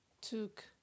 took